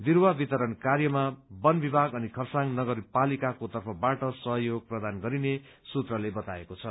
बिरूवा वितरण कार्यमा वन विभाग अनि खरसाङ नगरपालिकाको तर्फबाट सहयोग प्रदान गरिने सूत्रले बताएको छ